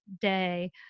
day